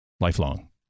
lifelong